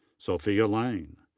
sophia lane.